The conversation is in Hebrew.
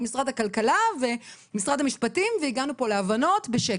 משרד הכלכלה ומשרד המשפטים והגענו הבנות בשקט.